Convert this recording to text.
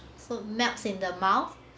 so melts in the mouth